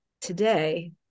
today